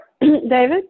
David